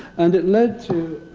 and it led to,